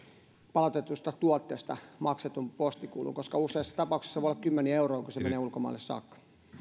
palautetusta tuotteesta maksetun postikulun koska useassa tapauksessa se voi olla kymmeniä euroja kun se menee ulkomaille saakka